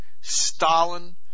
Stalin